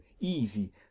easy